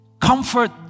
Comfort